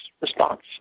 response